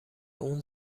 اون